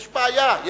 יש בעיה.